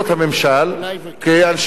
כאנשי טרור.